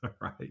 Right